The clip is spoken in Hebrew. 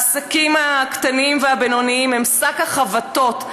העסקים הקטנים והבינוניים הם שק החבטות,